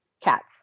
cats